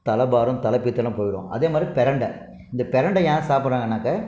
தலை பாரம் தலை பித்தம்லாம் போய்விடும் அதே மாரி பெரண்டை இந்த பெரண்டை ஏன் சாப்பிட்றாங்கனாக்க